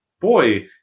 Boy